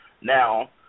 Now